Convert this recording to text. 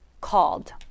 called